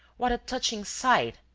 what a touching sight!